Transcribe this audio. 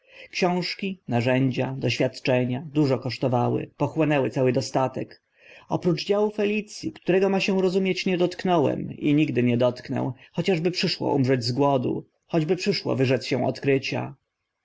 książki narzędzia doświadczenia dużo kosztowały pochłonęły cały dostatek oprócz działu felic i którego ma się rozumieć nie dotknąłem nigdy i nie dotknę chociażby przyszło umrzeć z głodu choćby przyszło wyrzec się odkrycia